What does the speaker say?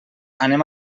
anem